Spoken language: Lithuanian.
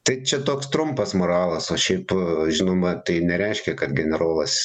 tai čia toks trumpas moralas o šiaip žinoma tai nereiškia kad generolas